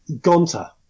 Gonta